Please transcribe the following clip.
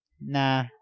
Nah